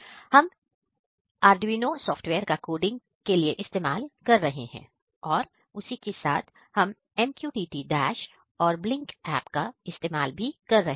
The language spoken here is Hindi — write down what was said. हम आरडूइंनो सॉफ्टवेयर का कोडिंग के लिए इस्तेमाल कर रहे हैं और उसी के साथ हम MQTT DASH और ब्लिंक ऐप का इस्तेमाल कर रहे हैं